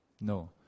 No